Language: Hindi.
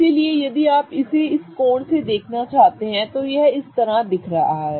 इसलिए यदि आप इसे इस कोण से देखना चाहते हैं तो यह इस तरह दिख रहा है